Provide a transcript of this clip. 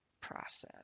process